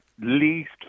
least